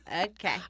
okay